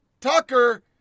Tucker